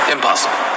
Impossible